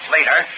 Later